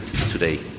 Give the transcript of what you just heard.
today